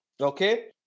Okay